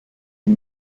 den